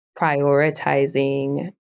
prioritizing